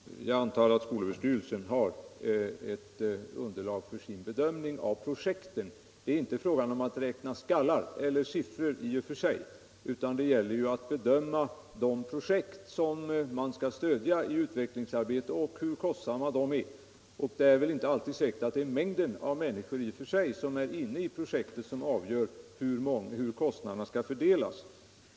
Herr talman! Jag antar att skolöverstyrelsen har ett underlag för sin bedömning av projekten. Det är inte fråga om att räkna skallar eller siffror i och för sig, utan det gäller ju att bedöma de projekt som man skall stödja i utvecklingsarbetet och hur kostsamma de är. Det är väl inte alltid säkert att det avgörande för kostnadsfördelningen är mängden människor.